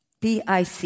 PIC